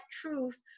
truth